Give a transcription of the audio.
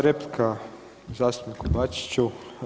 Replika zastupniku Bačiću.